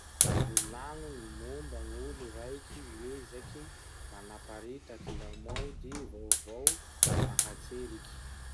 Volagno gny momba gn'olo raiky miezaky manaparitaky lamody vaovao mahatseriky.